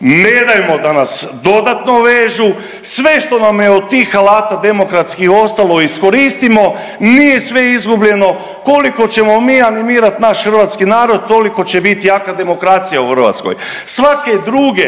Nedajmo da nas dodatno vežu. Sve što nam je od tih alata demokratski ostalo iskoristimo. Nije sve izgubljeno. Koliko ćemo mi animirati naš hrvatski narod, toliko će biti jaka demokracija u Hrvatskoj. Svake druge